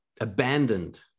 abandoned